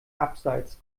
abseits